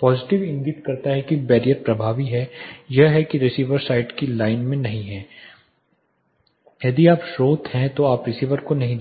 positive इंगित करता है कि बैरियर प्रभावी है यह है कि रिसीवर साइट की लाइन में नहीं है यदि आप स्रोत हैं तो आप रिसीवर को नहीं